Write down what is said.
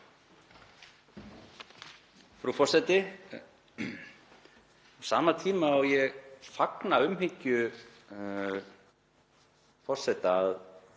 Frú forseti. Á sama tíma og ég fagna umhyggju forseta að